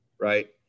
right